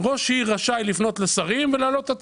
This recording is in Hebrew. ראש עיר רשאי לפנות לשרים ולהעלות את התעריף.